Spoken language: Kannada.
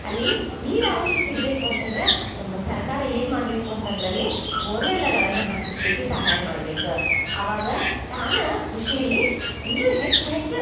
ಅಲ್ಲಿ ನೀರಾ ಅಂಶ ಸಿಗಬೇಕು ಅಂತಂದ್ರೆ ನಮ್ಮ ಸರ್ಕಾರ ಏನು ಮಾಡಬೇಕು ಅಂತಂದ್ರೆ ಅಲ್ಲಿ ಬೋರ್ವೆಲ್ಗಳನ್ನ ಹಾಕಿಸ್ಲಿಕ್ಕೆ ಸಹಾಯ ಮಾಡ್ಬೇಕು ಅವಾಗ ತಾನಾ ಕೃಷಿಯಲ್ಲಿ ಇನ್ನು ಹೆಚ್ಚು ಹೆಚ್ಚು